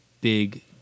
big